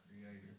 creator